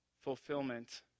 fulfillment